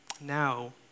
now